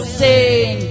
sing